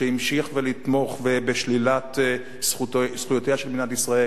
שימשיך לתמוך בשלילת זכויותיה של מדינת ישראל.